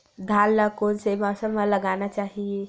धान ल कोन से मौसम म लगाना चहिए?